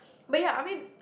but ya I mean